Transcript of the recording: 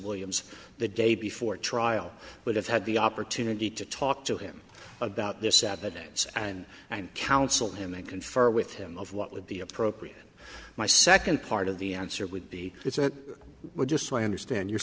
williams the day before trial would have had the opportunity to talk to him about this saturday and and counsel him and confer with him of what would be appropriate my second part of the answer would be if that were just so i understand you